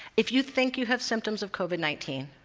if you think you have symptoms of covid nineteen,